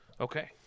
Okay